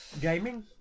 Gaming